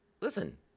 listen